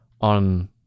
on